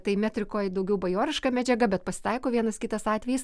tai metrikoj daugiau bajoriška medžiaga bet pasitaiko vienas kitas atvejis